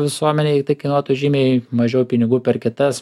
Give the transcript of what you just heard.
visuomenei tai kainuotų žymiai mažiau pinigų per kitas